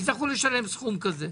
יצטרכו לשלם סכום כזה.